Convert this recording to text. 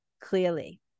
clearly